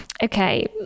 Okay